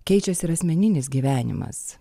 keičiasi ir asmeninis gyvenimas